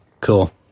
Cool